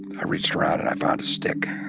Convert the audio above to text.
i reached around and i found a stick.